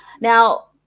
Now